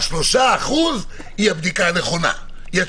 ה-3% היא התשובה הנכונה.